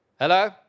Hello